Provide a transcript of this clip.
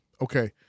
Okay